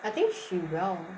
I think she will